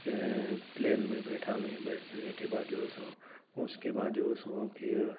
plane میں بیٹھا میں بیٹھ جانے کے بعد جو ہے سو اُس کے بعد جو ہے سو پھر